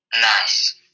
Nice